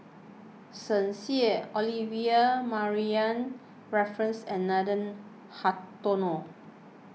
Shen Xi Olivia Mariamne Raffles and Nathan Hartono